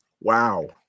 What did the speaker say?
Wow